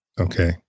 Okay